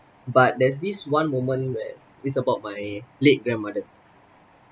but there is this one moment where it's about my late grandmother